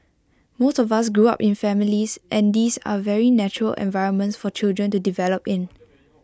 most of us grew up in families and these are very natural environments for children to develop in